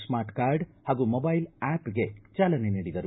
start card ಹಾಗೂ mobile ಆ್ಯಪ್ಗೆ ಚಾಲನೆ ನೀಡಿದರು